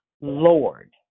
Lord